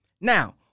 Now